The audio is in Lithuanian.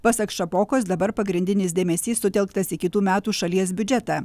pasak šapokos dabar pagrindinis dėmesys sutelktas į kitų metų šalies biudžetą